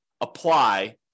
apply